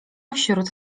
wśród